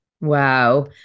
Wow